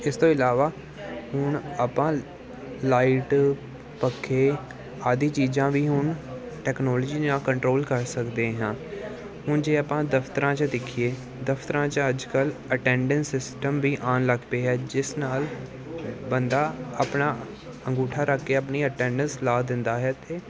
ਇਸ ਤੋਂ ਇਲਾਵਾ ਹੁਣ ਆਪਾਂ ਲਾਈਟ ਪੱਖੇ ਆਦੀ ਚੀਜ਼ਾਂ ਵੀ ਹੁਣ ਟੈਕਨੋਲੋਜੀ ਨਾਲ ਕੰਟਰੋਲ ਕਰ ਸਕਦੇ ਹਾਂ ਹੁਣ ਜੇ ਆਪਾਂ ਦਫ਼ਤਰਾਂ 'ਚ ਦੇਖੀਏ ਦਫ਼ਤਰਾਂ 'ਚ ਅੱਜ ਕੱਲ੍ਹ ਅਟੈਂਡੈਂਸ ਸਿਸਟਮ ਵੀ ਆਉਣ ਲੱਗ ਪਿਆ ਹੈ ਜਿਸ ਨਾਲ ਬੰਦਾ ਆਪਣਾ ਅੰਗੂਠਾ ਰੱਖ ਕੇ ਆਪਣੀ ਅਟੈਂਡਸ ਲਾ ਦਿੰਦਾ ਹੈ ਅਤੇ